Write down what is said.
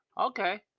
Okay